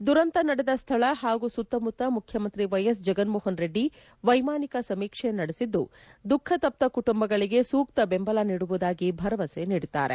ದುರಂತ ನಡೆದ ಸ್ವಳ ಹಾಗೂ ಸುತ್ತಮುತ್ತ ಮುಖ್ಯಮಂತ್ರಿ ವೈ ಎಸ್ ಜಗನ್ಮೋಹನ್ ರೆಡ್ಡಿ ವೈಮಾನಿಕ ಸಮೀಕ್ಷೆ ನಡೆಸಿದ್ದು ದುಃಖತಪ್ತ ಕುಟುಂಬಳಿಗೆ ಸೂಕ್ತ ಬೆಂಬಲ ನೀಡುವುದಾಗಿ ಭರವಸೆ ನೀಡಿದ್ದಾರೆ